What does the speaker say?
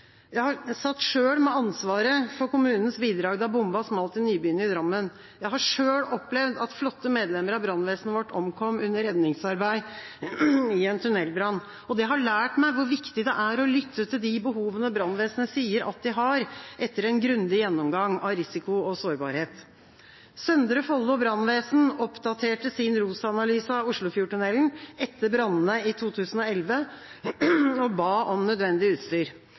Lier. Jeg satt selv med ansvaret for kommunens bidrag da bomben smalt i Nybyen i Drammen. Jeg har selv opplevd at flotte medlemmer av brannvesenet vårt omkom under redningsarbeid i en tunnelbrann. Det har lært meg hvor viktig det er å lytte til de behovene brannvesenet sier at de har, etter en grundig gjennomgang av risiko og sårbarhet. Søndre Follo Brannvesen oppdaterte sin ROS-analyse av Oslofjordtunnelen etter brannene i 2011 og ba om nødvendig utstyr.